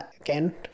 again